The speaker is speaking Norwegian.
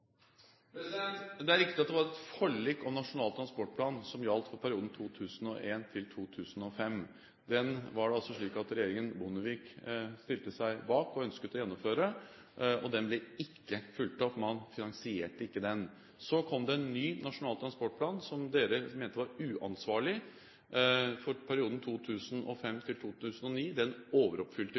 Det er riktig at det var et forlik om nasjonal transportplan som gjaldt for perioden 2001–2005. Det var altså slik at regjeringen Bondevik stilte seg bak og ønsket å gjennomføre den, men den ble ikke fulgt opp. Man finansierte ikke den. Så kom det en ny nasjonal transportplan – som dere mente var uansvarlig – for perioden 2005–2009. Den overoppfylte